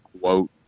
quote